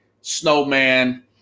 snowman